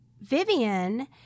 Vivian